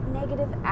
negative